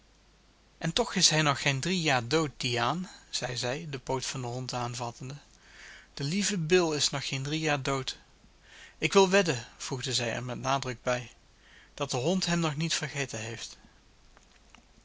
en toch is hij nog geen drie jaar dood diaan zeide zij den poot van den hond aanvattende de lieve bill is nog geen drie jaar dood ik wil wedden voegde zij er met nadruk bij dat de hond hem nog niet vergeten heeft